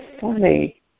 funny